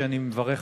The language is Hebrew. שאני מברך עליה.